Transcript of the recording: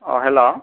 अ हेल'